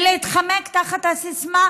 כשמתחמקים תחת הסיסמה: